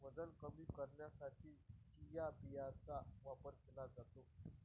वजन कमी करण्यासाठी चिया बियांचा वापर केला जातो